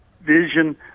vision